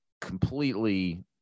completely